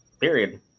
period